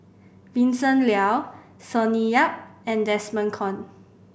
Vincent Leow Sonny Yap and Desmond Kon